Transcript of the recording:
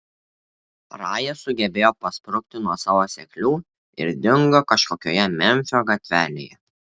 raja sugebėjo pasprukti nuo savo seklių ir dingo kažkokioje memfio gatvelėje